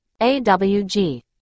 awg